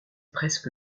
presque